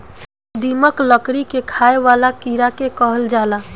दीमक, लकड़ी के खाए वाला कीड़ा के कहल जाला